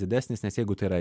didesnis nes jeigu tai yra